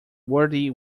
worthy